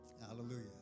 Hallelujah